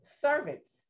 servants